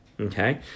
Okay